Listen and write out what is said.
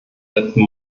letzten